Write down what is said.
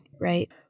right